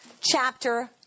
chapter